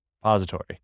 repository